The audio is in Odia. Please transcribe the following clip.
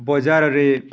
ବଜାରରେ